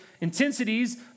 intensities